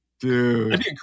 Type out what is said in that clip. dude